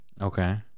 Okay